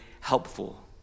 helpful